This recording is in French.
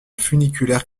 funiculaire